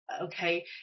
okay